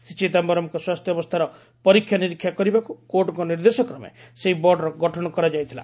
ଶ୍ରୀ ଚିଦାୟରମ୍ଙ୍କ ସ୍ୱାସ୍ଥ୍ୟାବସ୍ଥାର ପରୀକ୍ଷାନିରୀକ୍ଷା କରିବାକୁ କୋର୍ଟ୍ଙ୍କ ନିର୍ଦ୍ଦେଶକ୍ରମେ ସେହି ବୋର୍ଡର ଗଠନ କରାଯାଇଥିଲା